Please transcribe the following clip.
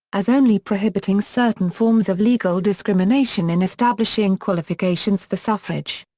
as only prohibiting certain forms of legal discrimination in establishing qualifications for suffrage.